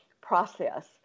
process